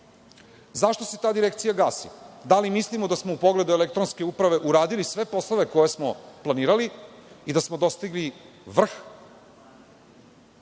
se ta direkcija gasi? Da li mislimo da smo u pogledu elektronske uprave uradili sve poslove koje smo planirali i da smo dostigli vrh?